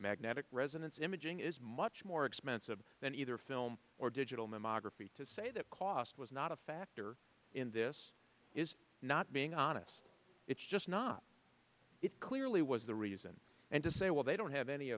magnetic resonance imaging is much more expensive than either film or digital mammography to say that cost was not a factor in this is not being honest it's just not it clearly was the reason and to say well they don't have any